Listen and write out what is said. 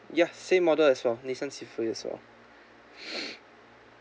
ya same order as well nissan sylphy as well